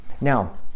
Now